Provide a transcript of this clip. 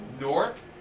north